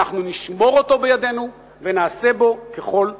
אנחנו נשמור אותו בידינו ונעשה בו ככל שנוכל.